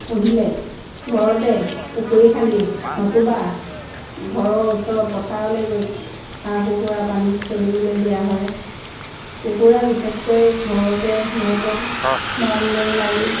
পুহিলে ঘৰতে পুখুৰী খান্দি নতুবা ঘৰৰ ওচৰৰ পথাৰলৈ গৈ হাঁহ কুকুৰা পানীত চৰিবলৈ দিয়া হয় কুকুৰা বিশেষকৈ ঘৰতে সিহঁতক বাউণ্ডেৰী মাৰি